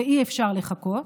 ואי-אפשר לחכות,